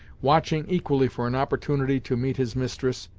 watching equally for an opportunity to meet his mistress,